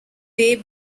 they